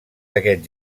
d’aquest